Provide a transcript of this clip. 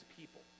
people